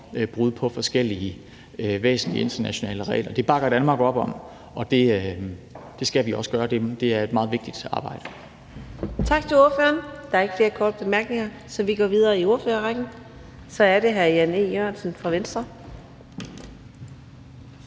brud på forskellige væsentlige internationale regler, er noget, Danmark bakker op om. Det skal vi også gøre; det er et meget vigtigt arbejde.